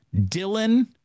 Dylan